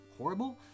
horrible